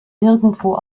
nirgendwo